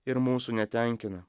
ir mūsų netenkina